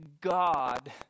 God